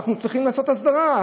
אנחנו צריכים לעשות הסדרה,